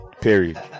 Period